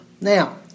Now